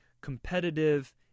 competitive